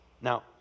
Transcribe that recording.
Now